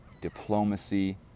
diplomacy